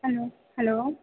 hello hello